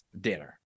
dinner